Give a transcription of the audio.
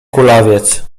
kulawiec